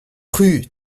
rue